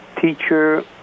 teacher